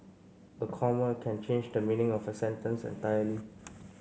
a comma can change the meaning of a sentence entirely